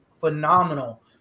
phenomenal